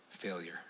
failure